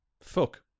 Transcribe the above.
Fuck